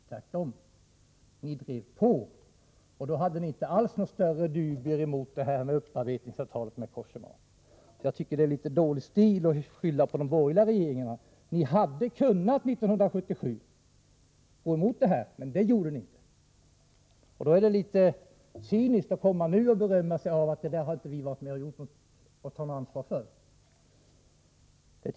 Tvärtom — 11 oktober 1984 ni drev på och hade inte några större dubier inför upparbetningsavtalet med Cogéma. Det är dålig stil att skylla på de borgerliga regeringarna. Ni hade 1977 kunnat gå emot detta, men det gjorde ni inte. Det är litet cyniskt att nu berömma sig av att man inte gjort något för detta och inte tar något ansvar för det.